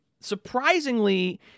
surprisingly